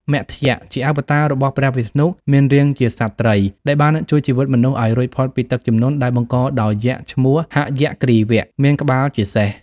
មត្ស្យ ជាអវតាររបស់ព្រះវិស្ណុ មានរាងជាសត្វត្រី ដែលបានជួយជីវិតមនុស្សឱ្យរួចផុតពីទឹកជំនន់ ដែលបង្កដោយយក្សឈ្មោះ ហយគ្រីវៈ(មានក្បាលជាសេះ)។